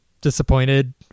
disappointed